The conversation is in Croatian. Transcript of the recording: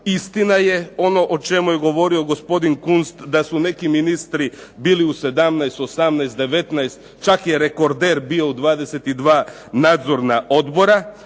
Istina je ono o čemu je govorio gospodin Kunst da su neki ministri bili u 17, 18, 19, čak je rekorder bio u 22 nadzorna odbora.